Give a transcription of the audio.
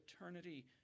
eternity